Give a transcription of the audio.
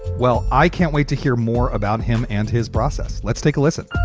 well, i can't wait to hear more about him and his process. let's take a listen